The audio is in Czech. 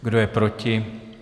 Kdo je proti?